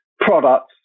products